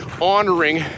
Honoring